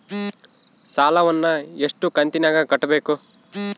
ಸಾಲವನ್ನ ಎಷ್ಟು ಕಂತಿನಾಗ ಕಟ್ಟಬೇಕು?